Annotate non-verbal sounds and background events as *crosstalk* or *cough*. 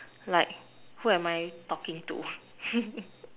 like who am I talking to *noise*